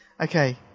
Okay